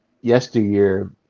yesteryear